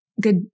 good